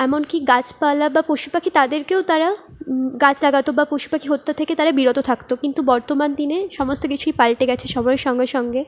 এমনকি গাছপালা বা পশুপাখি তাদেরকেও তারা গাছ লাগাতো বা পশুপাখি হত্যা থেকে তারা বিরত থাকতো কিন্তু বর্তমান দিনে সমস্ত কিছুই পালটে গেছে সময়ের সঙ্গে সঙ্গে